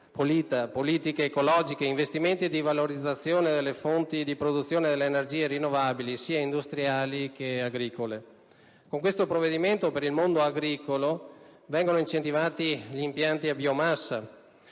politiche ecologiche, investimenti di valorizzazione delle fonti di produzione delle energie rinnovabili, sia industriali che agricole. Con questo provvedimento viene incentivata per il mondo agricolo la realizzazione di impianti a biomassa